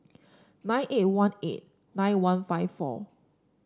nine eight one eight nine one five four